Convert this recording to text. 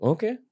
Okay